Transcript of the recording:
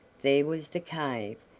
there was the cave,